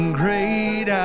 great